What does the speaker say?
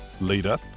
leader